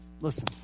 listen